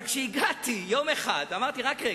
אבל כשהגעתי יום אחד ואמרתי, רק רגע,